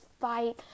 fight